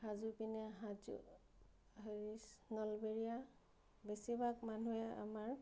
হাজো পিনে হাজো নলবৰীয়া বেছিভাগ মানুহে আমাৰ